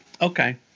Okay